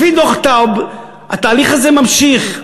לפי דוח טאוב, התהליך הזה ממשיך.